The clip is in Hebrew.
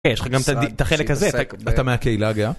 אה, יש לך גם את החלק הזה, אתה מהקהילה הגאה.